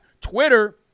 Twitter